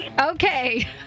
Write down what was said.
Okay